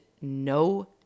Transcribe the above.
no